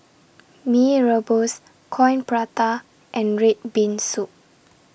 Mee Rebus Coin Prata and Red Bean Soup